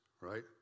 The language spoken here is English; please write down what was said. right